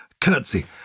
curtsy